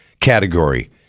category